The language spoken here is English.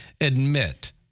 admit